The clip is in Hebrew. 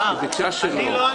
היא ביקשה שלא.